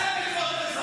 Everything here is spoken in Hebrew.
תגנה את הטבח.